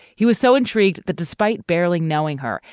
he was so intrigued that despite barely knowing her,